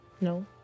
No